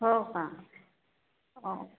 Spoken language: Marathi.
हो का